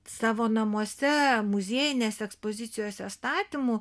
savo namuose muziejinės ekspozicijose statymų